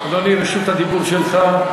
אדוני, רשות הדיבור שלך.